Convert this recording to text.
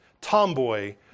tomboy